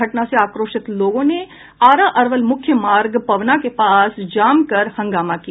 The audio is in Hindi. घटना से आक्रोशित लोगों ने आरा अरवल मुख्य मार्ग पवना के पास जाम कर हंगामा किया